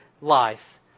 life